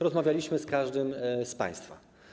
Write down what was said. Rozmawialiśmy z każdym z państwa.